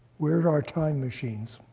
where's our time machines?